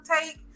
take